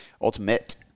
Ultimate